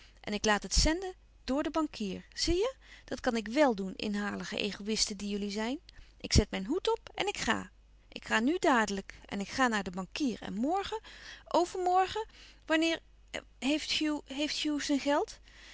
en ik laat het zenden door den bankier zie je dat kan ik wèl doen inhalige egoïsten die jullie zijn ik zet mijn hoed op en ik ga ik ga nu dadelijk en ik ga naar den bankier en morgen overmorgen wanneer heeft hugh heeft hugh zijn geld